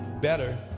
better